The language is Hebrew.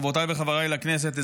חברותיי וחבריי לכנסת,